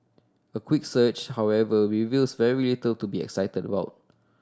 a quick search however reveals very little to be excited about